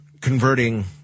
converting